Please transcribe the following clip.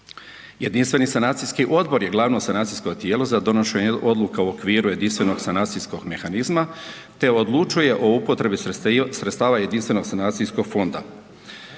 Jedinstveni sanacijski odbor je glavno financijsko tijelo za donošenje odluka u okviru Jedinstvenog sanacijskog mehanizma te odlučuje o upotrebi sredstava Jedinstvenog sanacijskog fonda.